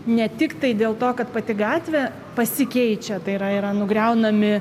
ne tik tai dėl to kad pati gatvė pasikeičia tai yra yra nugriaunami